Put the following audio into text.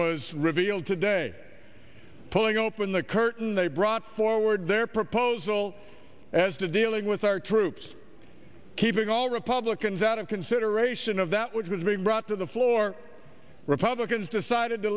was revealed today pulling open the curtain they brought forward their proposal as to dealing with our troops keeping all republicans out of consideration of that which was being brought to the floor republicans decided to